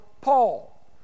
Paul